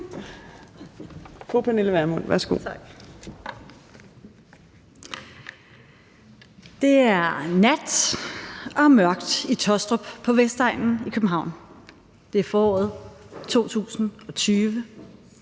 Det er nat og mørkt i Taastrup på Vestegnen i København. Det er foråret 2020.